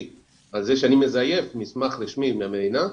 על זה שאני מזייף מסמך רשמי מהמדינה,